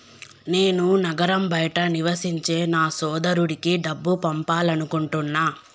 నేను నగరం బయట నివసించే నా సోదరుడికి డబ్బు పంపాలనుకుంటున్నా